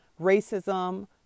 racism